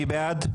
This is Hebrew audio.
מי בעד?